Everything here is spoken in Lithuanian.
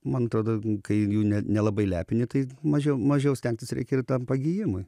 man atrodo kai jų ne nelabai lepini tai mažiau mažiau stengtis reikia ir tam pagijimui